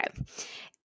Okay